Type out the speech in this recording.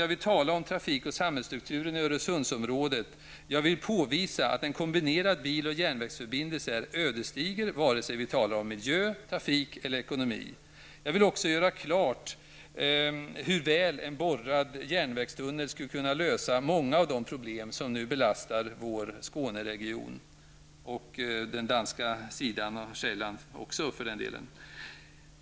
Jag vill tala om trafik och samhällsstrukturen i Öresundsområdet. Jag vill påvisa att en kombinerad bil och järnvägsförbindelse är ödesdiger vare sig vi talar om miljö, trafik eller ekonomi. Jag vill också göra klart hur väl en borrad järnvägstunnel skulle kunna lösa många av de problem som nu belastar vår Skåneregion och även Själland på den danska sidan.